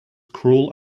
cruel